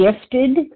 gifted